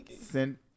sent